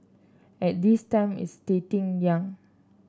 and this time it's starting young